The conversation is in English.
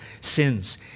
sins